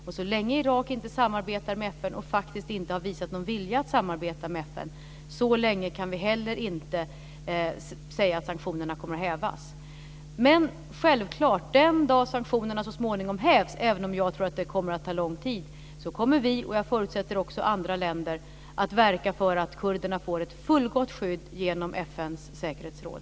Men så länge Irak inte samarbetar med FN och faktiskt inte har visat någon vilja att samarbeta med FN, kan vi inte säga att sanktionerna kommer att hävas. Men självklart: Den dagen sanktionerna så småningom hävs, även om jag tror att det kommer att ta lång tid, kommer vi och jag förutsätter också andra länder att verka för att kurdernas får ett fullgott skydd genom FN:s säkerhetsråd.